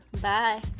bye